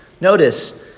Notice